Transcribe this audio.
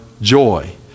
joy